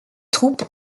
troupes